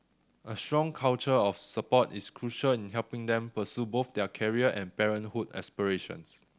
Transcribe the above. a strong culture of support is crucial in helping them pursue both their career and parenthood aspirations